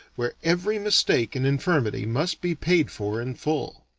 where every mistake and infirmity must be paid for in full.